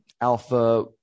alpha